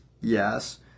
yes